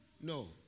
No